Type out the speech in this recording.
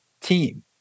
team